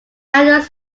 adults